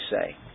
say